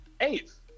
Eighth